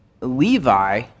Levi